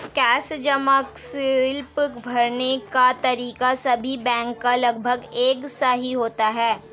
cash जमा slip भरने का तरीका सभी बैंक का लगभग एक सा ही होता है